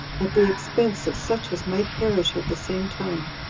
at the expense of such as might perish at the same time.